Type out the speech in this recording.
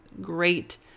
great